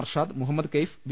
Arshad Mohammad Kaif V